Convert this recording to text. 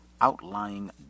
outlying